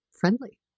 friendly